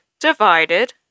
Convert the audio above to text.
divided